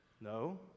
No